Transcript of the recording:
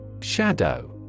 Shadow